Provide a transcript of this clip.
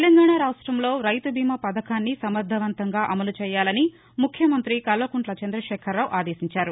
తెలంగాణ రాష్ట్రంలో రైతు బీమా పథకాన్ని పకద్పందీగా అమలు చేయాలని ముఖ్యమంత్రి కల్వకుంట్ల చంద్రదేఖరరావు ఆదేశించారు